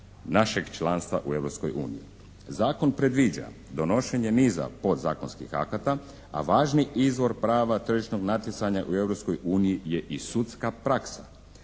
našeg članstva u Europskoj uniji. Zakon predviđa donošenje niza podzakonskih akata, a važni izvor prava tržišnog natjecanja u Europskoj uniji je i sudska praksa